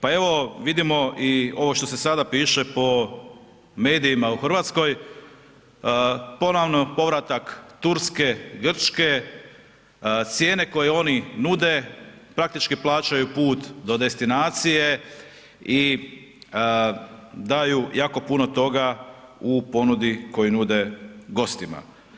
Pa evo vidimo i ovo što se sada piše po medijima u Hrvatskoj, ponovno povratak Turske, Grčke, cijene koju oni nude, praktički plaćaju put do destinacije i daju jako puno toga u ponudi koju nude gostima.